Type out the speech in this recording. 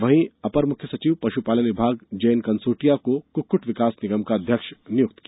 वहीं अपर मुख्य सचिव पशुपालन विभाग जे एन कंसौटिया को कुक्कुट विकास निगम का अध्यक्ष नियुक्त किया